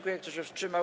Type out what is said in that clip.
Kto się wstrzymał?